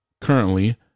Currently